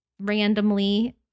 randomly